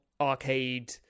arcade